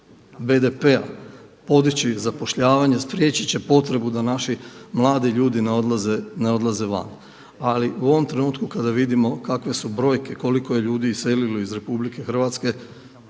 BDP podići zapošljavanje, spriječit će potrebu da naši mladi ljudi ne odlaze van. Ali u ovom trenutku kada vidimo kakve su brojke koliko je ljudi iselilo iz RH ne želim kriviti